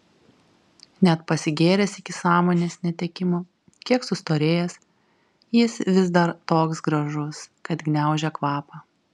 net pasigėręs iki sąmonės netekimo kiek sustorėjęs jis vis dar toks gražus kad gniaužia kvapą